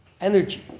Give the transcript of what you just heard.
energy